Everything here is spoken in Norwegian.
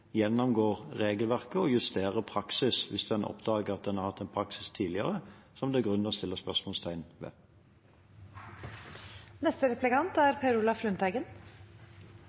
gjennomgår regelverket og justerer praksis hvis en oppdager at en har hatt en praksis tidligere som det er grunn til å stille spørsmål ved. Påstanden fra regjeringa er